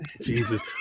Jesus